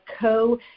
co